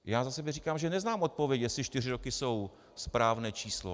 Já za sebe říkám, že neznám odpověď, jestli čtyři roky jsou správné číslo.